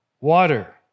Water